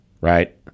right